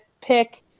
pick